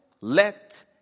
let